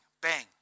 bang